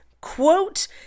quote